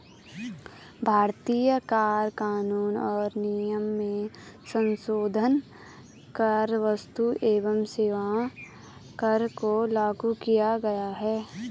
भारतीय कर कानून और नियम में संसोधन कर क्स्तु एवं सेवा कर को लागू किया गया है